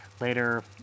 later